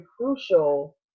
crucial